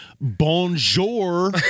Bonjour